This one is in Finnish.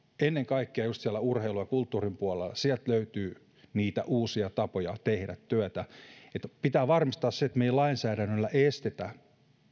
ennen kaikkea just sieltä urheilun ja kulttuurin puolelta löytyy niitä uusia tapoja tehdä työtä pitää varmistaa se että me emme lainsäädännöllä estä